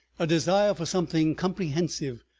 a desire for something comprehensive,